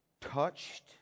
touched